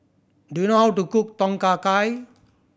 do you know how to cook Tom Kha Gai